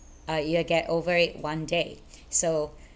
uh you'll get over it one day so